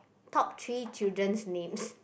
top three children names